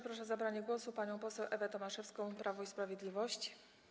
Proszę o zabranie głosu panią poseł Ewę Tomaszewską, Prawo i Sprawiedliwość.